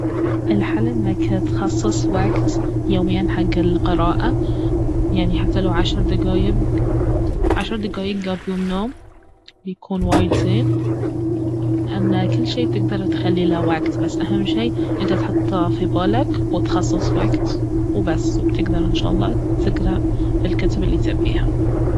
الحل انك تخصص وقت يوميا حق القراءة يعني حتى لو عشر دقايق عشر دقايق قبل النوم بيكون وايد زين لانه كل شيء تقدر تخلي له وقت بس اهم شيء انت تحط في بالك وتخصص وقت وبس وبتقدر ان شاء االله تقرا الكتب الي تبيها